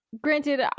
Granted